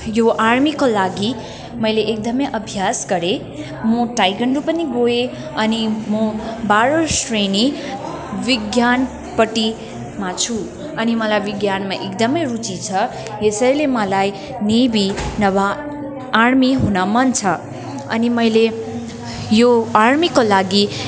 यो आर्मीको लागि मैले एकदमै अभ्यास गरेँ म ताइक्वान्डो पनि गएँ अनि म बाह्रौँ श्रेणी विज्ञानपट्टिमा छु अनि मलाई विज्ञानमा एकदमै रुचि छ यसैले मलाई नेभी नभए आर्मी हुन मन छ अनि मैले यो आर्मीको लागि